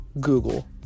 Google